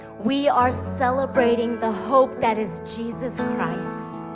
we are celebrating the hope that is jesus ah christ.